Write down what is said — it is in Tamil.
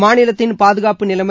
மாநிலத்தின் பாதுகாப்பு நிலைமை